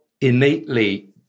innately